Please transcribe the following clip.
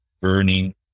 burning